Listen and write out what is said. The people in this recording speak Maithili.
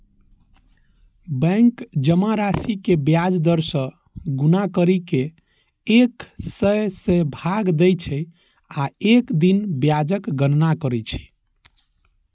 बैंक जमा राशि कें ब्याज दर सं गुना करि कें एक सय सं भाग दै छै आ एक दिन ब्याजक गणना करै छै